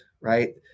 right